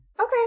Okay